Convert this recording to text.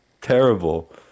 Terrible